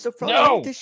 No